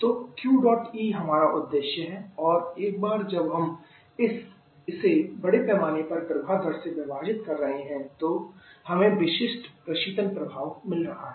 तो Q dot E हमारा उद्देश्य है और एक बार जब हम इसे बड़े पैमाने पर प्रवाह दर से विभाजित कर रहे हैं तो हमें विशिष्ट प्रशीतन प्रभाव मिल रहा है